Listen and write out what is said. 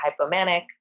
hypomanic